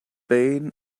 glacier